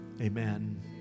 amen